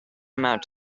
amount